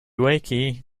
wakey